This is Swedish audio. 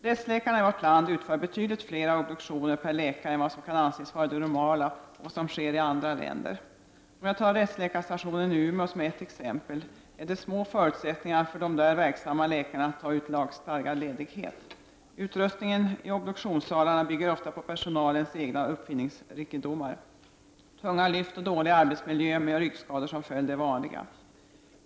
Rättsläkarna i vårt land utför betydligt fler obduktioner per läkare än vad som kan anses vara det normala och jämfört vad som sker i andra länder. Vid rättsläkarstationen i Umeå t.ex. är förutsättningarna för de där verksamma läkarna att ta ut lagstadgad ledighet små. Utrustningen i obduktionssalarna bygger ofta på personalens egen uppfinningsrikedom. Tunga lyft och dålig arbetsmiljö med ryggskador som följd är vanliga.